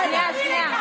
אל תדברי אליי ככה.